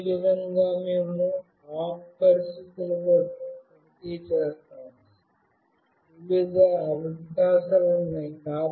అదేవిధంగా మేము OFF పరిస్థితుల కోసం తనిఖీ చేస్తాము వివిధ అవకాశాలు ఉన్నాయి